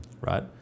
right